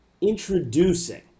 Introducing